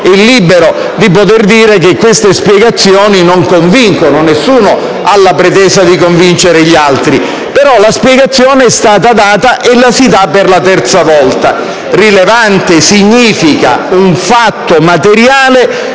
è libero di poter dire che queste spiegazioni non convincono; nessuno ha la pretesa di convincere gli altri - ma adesso lo faccio per la terza volta: «rilevante» significa un fatto materiale